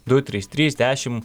du trys trys dešim